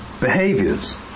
behaviors